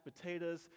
potatoes